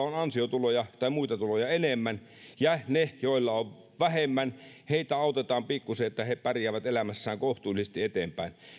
on ansiotuloja tai muita tuloja enemmän ja niitä joilla on vähemmän autetaan pikkusen että he pärjäävät elämässään kohtuullisesti eteenpäin